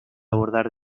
abordar